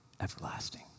everlasting